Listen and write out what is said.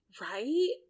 Right